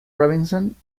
robinson